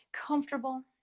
comfortable